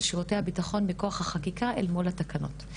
שירותי הביטחון מכוח החקיקה אל מול התקנות.